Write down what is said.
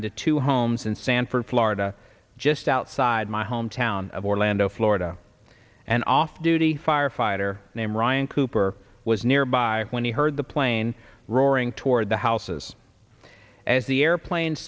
into two homes in sanford florida just outside my home town of orlando florida an off duty firefighter name ryan cooper was nearby when he heard the plane roaring toward the houses as the airplane